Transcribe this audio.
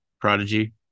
Prodigy